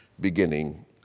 beginning